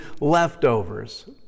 leftovers